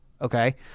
okay